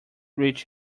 reach